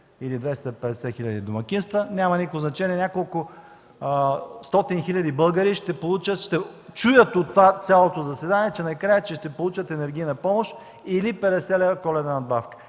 или 250 хиляди домакинства, няма никакво значение. Няколкостотин хиляди българи ще чуят от цялото заседание накрая, че ще получат енергийна помощ или 50 лева коледна надбавка.